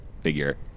figure